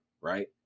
right